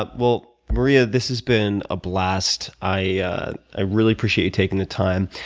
ah well, maria, this has been a blast. i i really appreciate you taking the time.